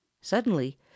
Suddenly